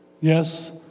Yes